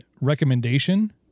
recommendation